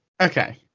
okay